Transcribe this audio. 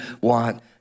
want